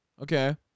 Okay